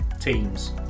teams